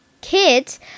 kids